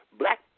black